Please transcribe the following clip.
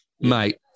mate